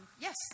Yes